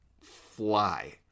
fly